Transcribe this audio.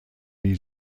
die